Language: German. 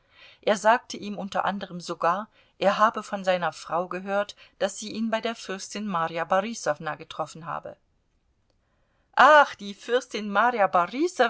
er sagte ihm unter anderem sogar er habe von seiner frau gehört daß sie ihn bei der fürstin marja borisowna getroffen habe ach die fürstin marja